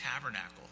tabernacle